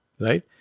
right